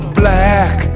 black